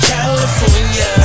California